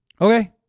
Okay